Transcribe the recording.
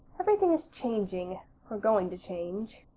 everything is changing or going to change,